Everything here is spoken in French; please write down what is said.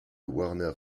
warner